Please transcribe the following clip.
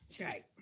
Right